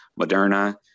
Moderna